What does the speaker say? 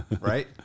right